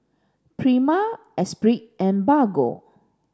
Prima Esprit and Bargo